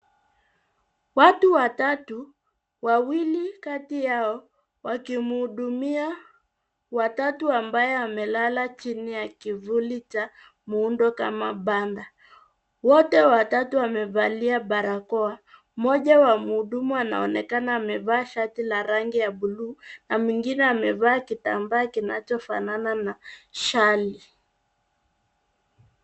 Watu watatu, wawili kati yao wakimhudumia wa tatu ambaye amelala chini ya kivuli cha muundo kama banda. Wote watatu wamevalia barakoa. Mmoja wa mhudumu anaonekana amevaa shati la rangi ya buluu na mwingine amevaa kitambaa kinachofanana na shali.